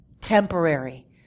temporary